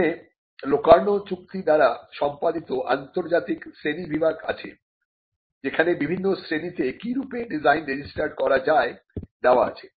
সেখানে লোকার্নো চুক্তি দ্বারা সম্পাদিত আন্তর্জাতিক শ্রেণীবিভাগ আছে যেখানে বিভিন্ন শ্রেণীতে কিরূপে ডিজাইন রেজিস্টার্ড করা যায় দেওয়া আছে